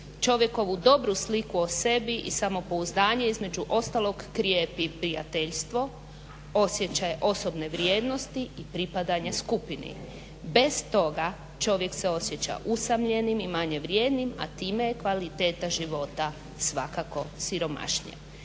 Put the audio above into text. Čovjekovu dobru sliku o sebi i samopouzdanje između ostalog krijepi prijateljstvo, osjećaj osobne vrijednosti i pripadanja skupini. Bez toga čovjek se osjeća usamljenim i manje vrijednim, a time je kvaliteta života svakako siromašnija.